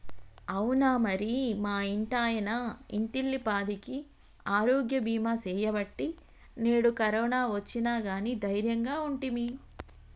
అవునా మరి మా ఇంటాయన ఇంటిల్లిపాదికి ఆరోగ్య బీమా సేయబట్టి నేడు కరోనా ఒచ్చిన గానీ దైర్యంగా ఉంటిమి